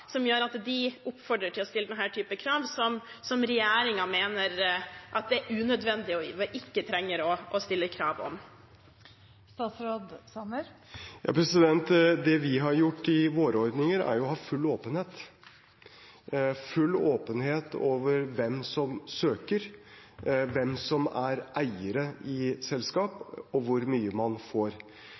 som gjør at de oppfordrer til å stille denne typen krav, som regjeringen mener er unødvendig, og at vi ikke trenger å stille krav om? Det vi har gjort i våre ordninger, er å ha full åpenhet – full åpenhet om hvem som søker, hvem som er eiere i selskap, og hvor mye man får.